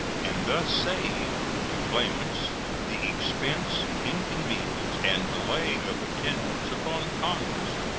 and thus save to claimants the expense, inconvenience, and delay of attendance upon congress,